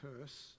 curse